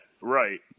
right